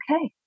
okay